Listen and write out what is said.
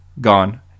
gone